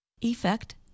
Effect